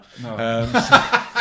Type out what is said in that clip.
no